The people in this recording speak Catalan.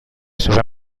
saber